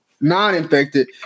non-infected